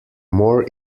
more